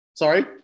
sorry